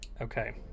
Okay